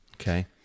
okay